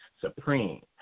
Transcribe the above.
supreme